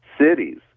cities